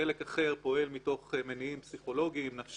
חלק אחר פועל מתוך מניעים פסיכולוגיים-נפשיים.